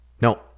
No